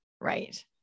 right